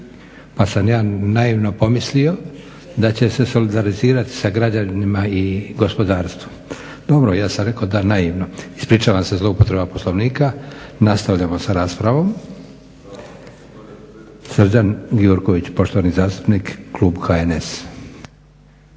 pa sam ja naivno pomislio da će se solidarizirati sa građanima i gospodarstvo. Dobro, ja sam rekao da naivno. Ispričavam se zloupotreba Poslovnika. Nastavljamo sa raspravom. Srđan Gjurković poštovani zastupnik klub HNS-a.